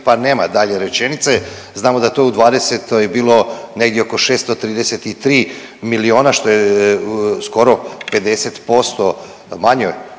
pa nema dalje rečenice, znamo da to u '20. je bilo negdje oko 633 miliona što je skoro 50% manje